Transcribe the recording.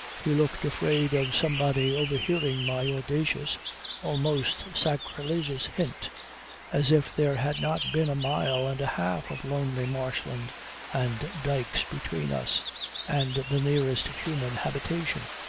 he looked afraid of somebody overhearing my audacious almost sacrilegious hint as if there had not been a mile and a half of lonely marshland and dykes between us and the nearest human habitation.